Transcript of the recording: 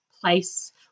place